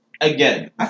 Again